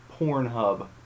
Pornhub